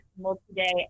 multi-day